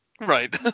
Right